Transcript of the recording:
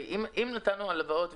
אם נתנו הלוואות,